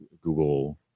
google